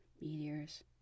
meteors